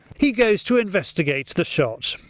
he goes to investigate the shot.